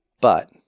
But-